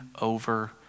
over